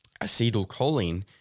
Acetylcholine